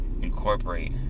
incorporate